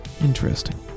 Interesting